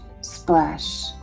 splash